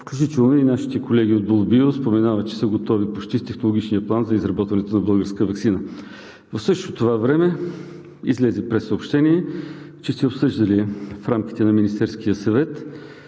включително и нашите колеги от „Бул Био“ споменават, че са готови почти с технологичния план за изработването на българска ваксина. В същото това време излезе прессъобщение, че сте обсъждали в рамките на Министерския съвет